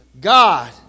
God